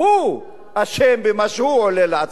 הוא אשם במה שהוא עולל לעצמו.